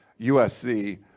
USC –